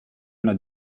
una